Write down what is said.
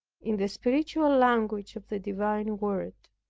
in the spiritual language of the divine word.